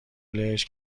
لهش